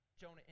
Jonah